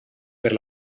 per